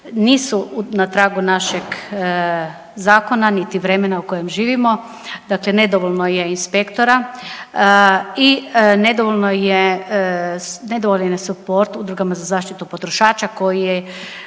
nisu na tragu našeg zakona niti vremena u kojem živimo, dakle nedovoljno je inspektora i nedovoljno je, nedovoljne su po udrugama za zaštitu potrošača koji